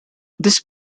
these